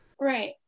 Right